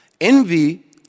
Envy